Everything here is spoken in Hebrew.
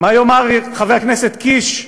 מה יאמר חבר הכנסת קיש,